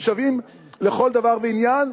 כשהם שווים לכל דבר ועניין?